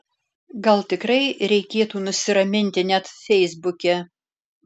gal tikrai reikėtų nusiraminti net feisbuke